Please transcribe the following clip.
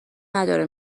نداره